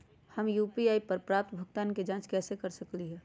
हम यू.पी.आई पर प्राप्त भुगतान के जाँच कैसे कर सकली ह?